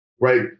right